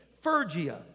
Phrygia